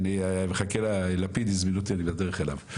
אני מחכה, לפיד הזמין אותי, אני בדרך אליו.